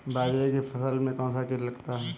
बाजरे की फसल में कौन सा कीट लगता है?